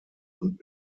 und